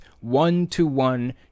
one-to-one